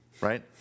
right